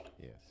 Yes